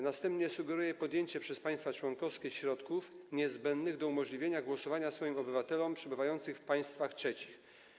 Następnie wskazuje podjęcie przez państwa członkowskie środków niezbędnych do umożliwienia głosowania ich obywatelom przebywającym w państwach trzecich.